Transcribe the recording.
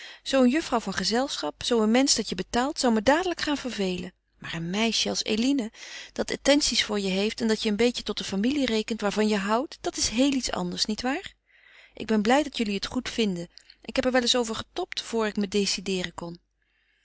een juffrouw van gezelschap zoo een mensch dat je betaalt zou me dadelijk gaan vervelen maar een meisje als eline dat attenties voor je heeft en dat je een beetje tot de familie rekent waarvan je houdt dat is heel iets anders niet waar ik ben blij dat jullie het goed vinden ik heb er wel eens over getobd voor ik me decideeren kon